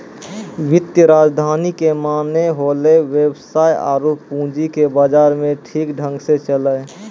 वित्तीय राजधानी के माने होलै वेवसाय आरु पूंजी के बाजार मे ठीक ढंग से चलैय